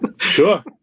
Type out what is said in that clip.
Sure